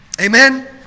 Amen